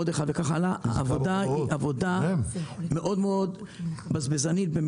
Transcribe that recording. העבודה מאוד "בזבזנית"